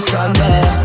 Sunday